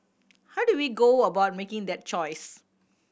how do we go about making that choice